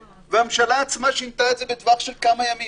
והממשלה עצמה שינתה את זה בטווח של כמה ימים.